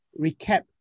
recap